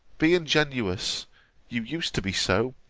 be ingenuous you used to be so,